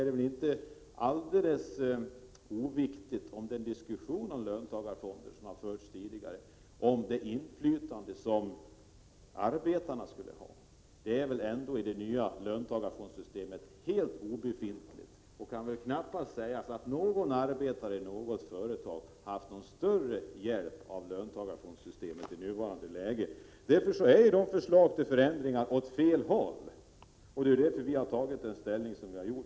Den diskussion som förts tidigare om löntagarfonderna i fråga om det inflytande som arbetarna skulle ha är inte heller oviktig. I det nya löntagarfondssystemet är väl ändå inflytandet helt obefintligt. Det kan ju knappast sägas att någon arbetare i ett företag haft någon större hjälp av löntagarfondssystemet som det fungerar i dag. Därför har vi i vpk tagit ställning som vi har gjort.